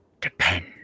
depend